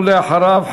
ואחריו,